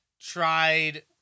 tried